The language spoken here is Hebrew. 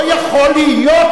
לא יכול להיות,